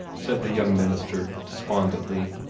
said the young minister, despondently,